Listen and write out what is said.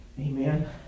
Amen